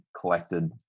collected